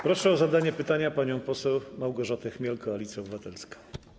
Proszę o zadanie pytania panią poseł Małgorzatę Chmiel, Koalicja Obywatelska.